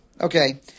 Okay